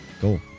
cool